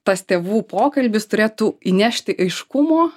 tas tėvų pokalbis turėtų įnešti aiškumo